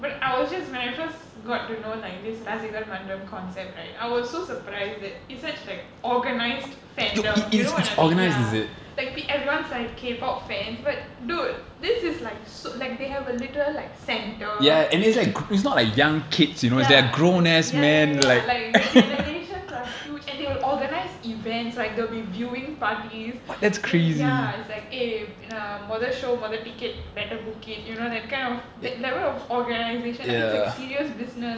but I was just when I first got to know like this rasikar mandram mandram concept right I was so surprised that it's such like organised fandom you know what I mean ya like p~ everyone's like K pop fans but dude this is like so like they have a little like center ya it's a ya ya ya like the generations are huge and they will organise events like there'll be viewing parties ya it's like eh மொத:motha show மொத:motha ticket better book it you know that kind of that level of organisation like it's a serious business